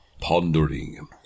Pondering